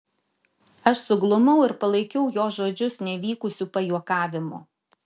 aš suglumau ir palaikiau jo žodžius nevykusiu pajuokavimu